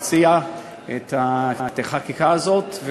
מציע את החקיקה הזאת.